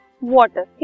water